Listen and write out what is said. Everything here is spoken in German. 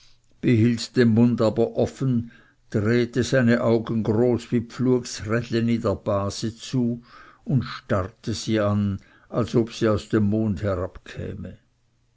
behielt den mund aber offen drehte seine augen groß wie pflugsrädleni der base zu und starrte sie an als ob sie aus dem mond